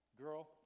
girl